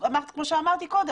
כמו שאמרתי קודם,